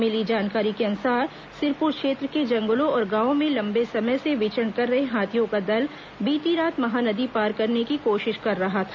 मिली जानकारी के अनुसार सिरपुर क्षेत्र के जंगलों और गांवों में लंबे समय से विचरण कर रहे हाथियों का दल बीती रात महानदी पार करने की कोशिश कर रहा था